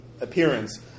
appearance